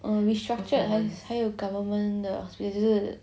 err restructured 还有 government 的